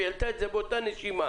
היא העלתה את זה באותה נשימה.